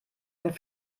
einen